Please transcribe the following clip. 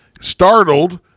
startled